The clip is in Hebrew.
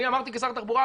אני אמרתי כשר תחבורה,